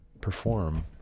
perform